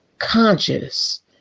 Conscious